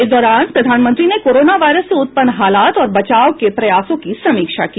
इस दौरान प्रधानमंत्री ने कोरोना वायरस से उत्पन्न हालात और बचाव के प्रयासों की समीक्षा की